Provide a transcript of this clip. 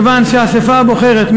כיוון שהאספה הבוחרת,